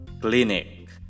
clinic